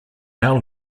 now